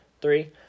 three